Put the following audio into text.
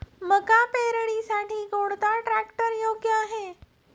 मका पेरणीसाठी कोणता ट्रॅक्टर योग्य आहे?